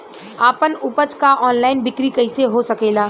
आपन उपज क ऑनलाइन बिक्री कइसे हो सकेला?